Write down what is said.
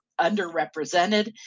underrepresented